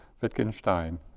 Wittgenstein